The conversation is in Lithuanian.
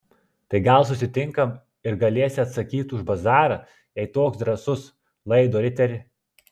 tai gal susitinkam ir galėsi atsakyt už bazarą jei toks drąsus laido riteri